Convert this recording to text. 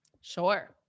Sure